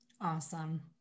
Awesome